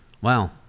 Wow